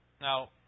Now